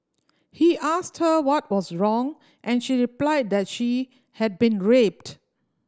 he asked her what was wrong and she replied that she had been raped